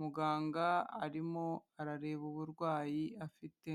muganga arimo arareba uburwayi afite.